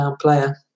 player